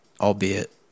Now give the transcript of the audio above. albeit